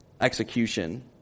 execution